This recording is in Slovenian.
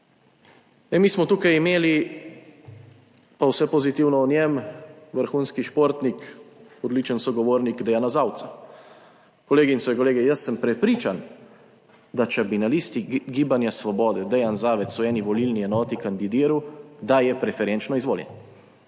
Mi smo tukaj imeli, pa vse pozitivno o njem. vrhunski športnik, odličen sogovornik Dejana Zavca. Kolegice in kolegi, jaz sem prepričan, da če bi na listi Gibanja Svobode Dejan Zavec v eni volilni enoti kandidiral, da je preferenčno izvoljen.